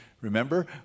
Remember